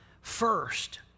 first